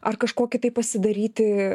ar kažkokį tai pasidaryti